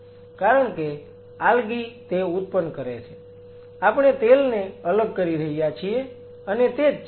કારણ કે આલ્ગી તે ઉત્પન્ન કરે છે આપણે તેલને અલગ કરી રહ્યા છીએ અને તે જ છે